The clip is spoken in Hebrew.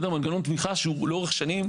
מנגנון תמיכה שהוא לאורך שנים,